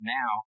now